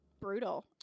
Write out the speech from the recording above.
brutal